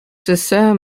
sister